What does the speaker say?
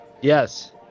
yes